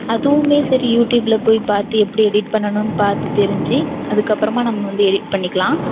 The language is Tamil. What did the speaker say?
அதுவும் சரி யூடியூபில் போய் பார்த்து எப்படி எடிட் பண்ணணும்னு பார்த்து தெரிஞ்சு அதுக்கு அப்புறமா நம்ம வந்து எடிட் பண்ணிக்கலாம்